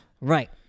Right